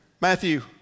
Matthew